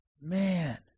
Man